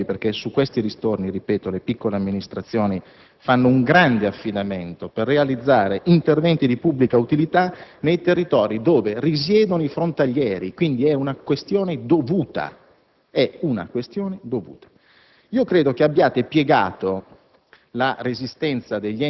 Occorre velocizzare i tempi, perché su questi ristorni, ripeto, le piccole amministrazioni fanno un grande affidamento per realizzare interventi di pubblica utilità nei territori in cui risiedono i frontalieri, quindi è un atto dovuto. Credo che abbiate piegato